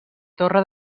torre